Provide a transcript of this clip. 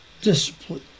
discipline